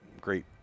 great